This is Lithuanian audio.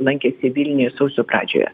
lankėsi vilniuj sausio pradžioje